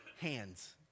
hands